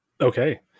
Okay